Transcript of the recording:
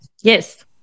Yes